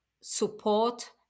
support